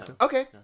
okay